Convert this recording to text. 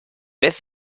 vez